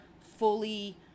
fully